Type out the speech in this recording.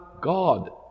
God